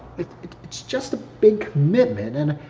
it's just a big commitment and um.